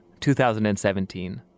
2017